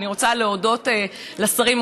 ואני רוצה להודות לשרים,